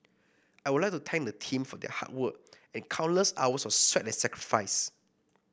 I would like to thank the team for their hard work and countless hours of sweat and sacrifice